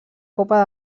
copa